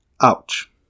Ouch